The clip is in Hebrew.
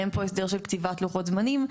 אין פה הסדר של קציבת לוחות זמנים,